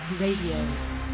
RADIO